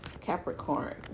Capricorn